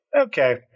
okay